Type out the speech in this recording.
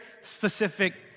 specific